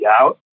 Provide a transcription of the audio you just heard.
out